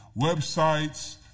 websites